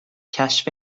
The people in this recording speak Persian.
کشف